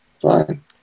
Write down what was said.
Fine